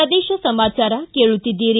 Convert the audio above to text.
ಪ್ರದೇಶ ಸಮಾಚಾರ ಕೇಳುತ್ತೀದ್ದಿರಿ